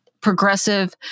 progressive